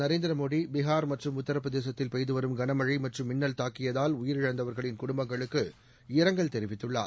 நரேந்திர மோடி பிகார் மற்றும் உத்தர பிரதேசத்தில் பெய்து வரும் கனமழை மற்றும் மின்னல் தாக்கியதால் உயிரிழந்தவர்களின் குடும்பங்களுக்கு இரங்கல் தெரிவித்துள்ளார்